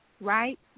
right